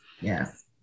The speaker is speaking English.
Yes